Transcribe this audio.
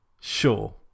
Sure